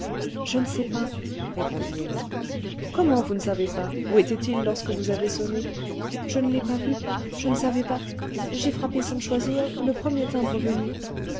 je ne sais pas répondit hélène comment vous ne savez pas où était-il lorsque vous avez sonné je ne l'ai pas vu je ne savais pas j'ai frappé sans choisir le premier timbre venu